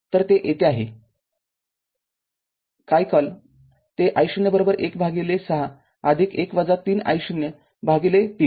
तर ते येथे आहे काय कॉल ते i0 १ भागिले ६१ ३ i0 भागिले ३